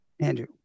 Andrew